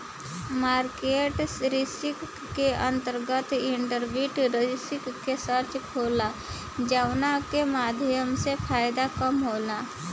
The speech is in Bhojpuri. मार्केट रिस्क के अंतर्गत इक्विटी रिस्क के चर्चा होला जावना के माध्यम से फायदा कम होला